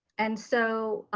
and so,